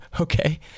Okay